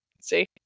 See